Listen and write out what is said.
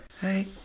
Hey